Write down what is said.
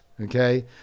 okay